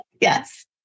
yes